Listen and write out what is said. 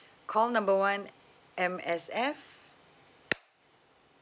call number one M_S_F